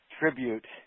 tribute